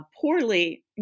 poorly